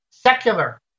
secular